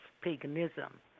paganism